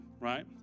Right